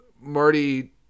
Marty